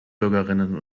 bürgerinnen